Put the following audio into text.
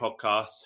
podcast